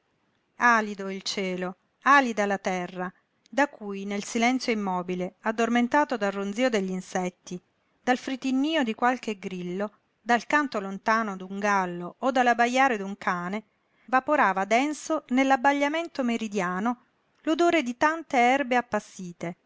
accorava alido il cielo alida la terra da cui nel silenzio immobile addormentato dal ronzío degli insetti dal fritinnío di qualche grillo dal canto lontano d'un gallo o dall'abbajare d'un cane vaporava denso nell'abbagliamento meridiano l'odore di tante erbe appassite